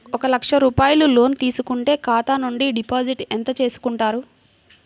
ఒక లక్ష రూపాయలు లోన్ తీసుకుంటే ఖాతా నుండి డిపాజిట్ ఎంత చేసుకుంటారు?